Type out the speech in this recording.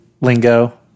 lingo